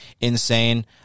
Insane